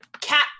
cat